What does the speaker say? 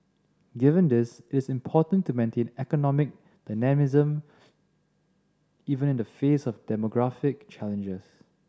given this it is important to maintain economic dynamism even in the face of demographic challenges